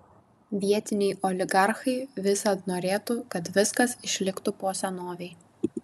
vietiniai oligarchai visad norėtų kad viskas išliktų po senovei